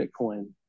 Bitcoin